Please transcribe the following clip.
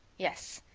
yes,